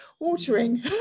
watering